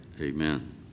Amen